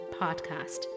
podcast